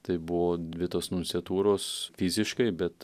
tai buvo dvi tos nunciatūros fiziškai bet